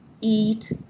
eat